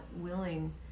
willing